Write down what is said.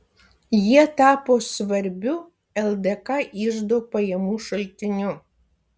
jie tapo svarbiu ldk iždo pajamų šaltiniu